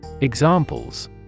Examples